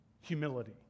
humility